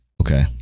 Okay